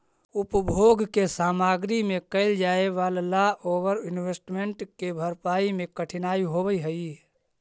उपभोग के सामग्री में कैल जाए वालला ओवर इन्वेस्टमेंट के भरपाई में कठिनाई होवऽ हई